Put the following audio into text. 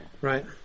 Right